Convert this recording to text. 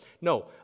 No